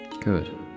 Good